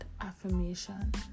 affirmation